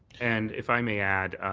and if i may add,